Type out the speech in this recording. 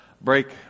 break